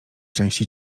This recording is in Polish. części